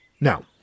Now